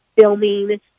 filming